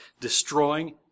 destroying